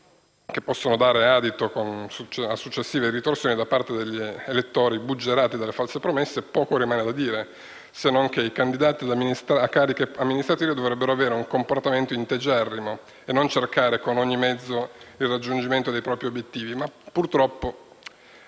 che possano dare adito a successive ritorsioni da parte degli elettori buggerati dalle false promesse, poco rimane da dire se non che i candidati ad amministrare cariche amministrative dovrebbero avere comportamenti integerrimi e non cercare con ogni mezzo il raggiungimento dei propri obiettivi. Purtroppo